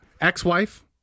ex-wife